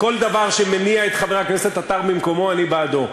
כל דבר שמניע את חבר הכנסת עטר ממקומו, אני בעדו.